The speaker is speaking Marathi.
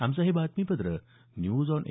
आमचं हे बातमीपत्र न्यूज ऑन ए